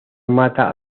mata